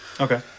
Okay